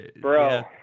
Bro